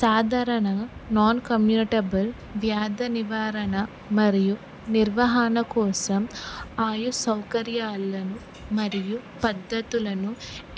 సాధారణ non communicable వ్యాధి నివారణ మరియు నిర్వహణ కోసం ఆయు సౌకర్యాలను మరియు పద్ధతులను